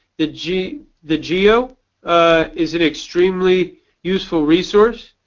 the geo the geo is an extremely useful resource,